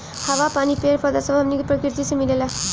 हवा, पानी, पेड़ पौधा सब हमनी के प्रकृति से मिलेला